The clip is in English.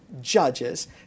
judges